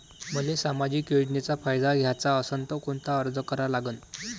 मले सामाजिक योजनेचा फायदा घ्याचा असन त कोनता अर्ज करा लागन?